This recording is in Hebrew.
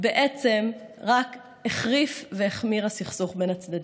בעצם רק החריף והחמיר הסכסוך בין הצדדים.